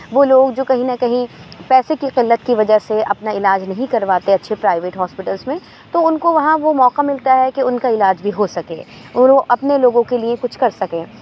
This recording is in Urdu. وہ لوگ جو کہیں نہ کہیں پیسے کی قلت کی وجہ سے اپنا علاج نہیں کرواتے اچھے پرائویٹ ہاسپٹلس میں تو ان کو وہاں وہ موقع ملتا ہے کہ ان کا علاج بھی ہو سکے اور وہ اپنے لوگوں کے لیے کچھ کر سکیں